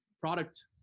product